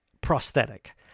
prosthetic